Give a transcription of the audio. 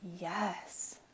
yes